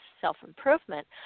self-improvement